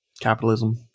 capitalism